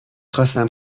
خواستم